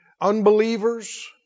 Unbelievers